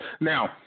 Now